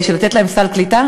של לתת להם סל קליטה,